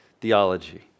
theology